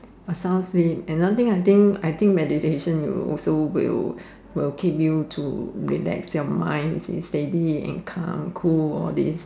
sounds flip another I think I think meditation you also will will keep you to relax your mind is steady and calm cool or this